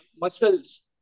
muscles